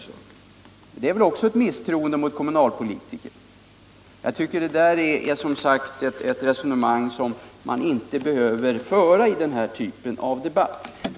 Det är väl i så fall också ett misstroende mot kommunalpolitikerna. Jag tycker att det är ett resonemang som man inte behöver föra i den här typen av debatt.